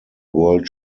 world